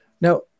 Now